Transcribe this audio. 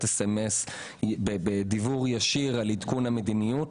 סמס בדיוור ישיר על עדכון המדיניות,